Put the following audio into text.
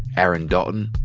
aaron dalton,